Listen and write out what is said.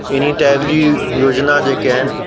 इन टाइप जी योजना जेके आहिनि